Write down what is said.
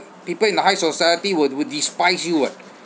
people in the high society would would despise you [what]